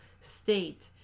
state